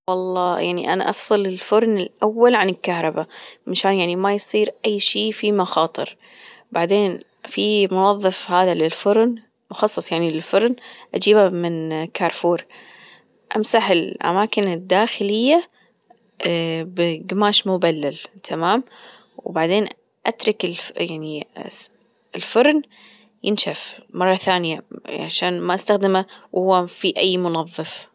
والله يعني أنا أفصل الفرن الأول عن الكهربا مشان يعني ما يصير أي شي فيه مخاطر بعدين في منظف هذا للفرن مخصص يعني للفرن أجيبه من كارفور أمسح الأماكن الداخلية بقماش مبلل تمام؟ وبعدين أترك يعني الفرن ينشف مرة ثانية عشان ما أستخدمه وهو فيه أي منظف.